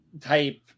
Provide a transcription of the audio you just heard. type